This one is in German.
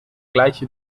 gleiche